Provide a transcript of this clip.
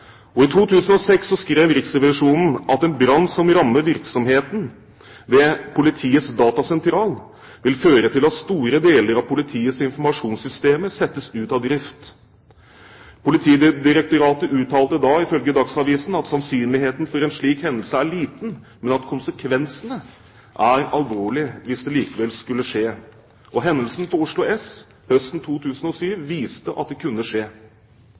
S. I 2006 skrev Riksrevisjonen at en brann som rammer virksomheten ved politiets datasentral, vil føre til at store deler av politiets informasjonssystemer settes ut av drift. Politidirektoratet uttalte da ifølge Dagsavisen at sannsynligheten for en slik hendelse er liten, men at konsekvensene er alvorlige hvis det likevel skulle skje. Hendelsen på Oslo S høsten 2007 viste at det kunne skje.